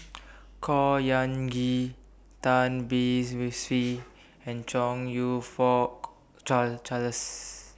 Khor Ean Ghee Tan Beng IS Swee and Chong YOU Fook Char Charles